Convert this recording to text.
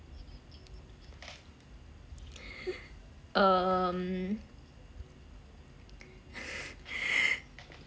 um